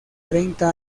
treinta